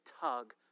tug